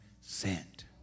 sent